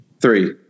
Three